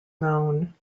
known